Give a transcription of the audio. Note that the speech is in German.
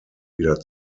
wieder